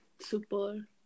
super